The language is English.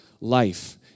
life